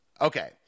Okay